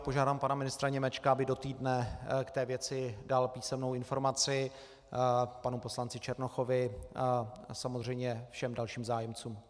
Požádám pana ministra Němečka, aby do týdne k té věci dal písemnou informaci panu poslanci Černochovi a samozřejmě všem dalším zájemcům.